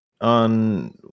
on